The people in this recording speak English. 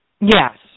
Yes